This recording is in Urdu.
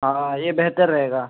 ہاں یہ بہتر رہے گا